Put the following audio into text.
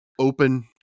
open